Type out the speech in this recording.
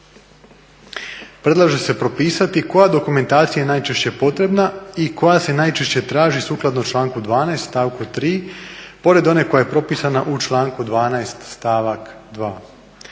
Predlaže se propisati koja dokumentacija je najčešće potrebna i koja se najčešće traži sukladno članku 12. stavku 3. pored one koja je propisana u članku 12. stavak 2.